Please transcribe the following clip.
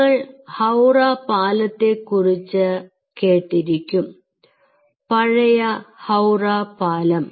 നിങ്ങൾ ഹൌറ പാലത്തെക്കുറിച്ച് കേട്ടിരിക്കും പഴയ ഹൌറ പാലം